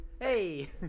Hey